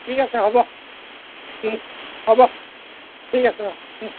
ঠিক আছে হ'ব হ'ব ঠিক আছে অঁ